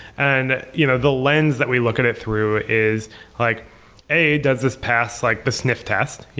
and you know the lens that we look at it through is like a, does this pass like the sniff test?